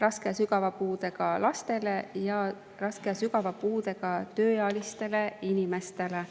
raske ja sügava puudega lastele ning raske ja sügava puudega tööealistele inimestele.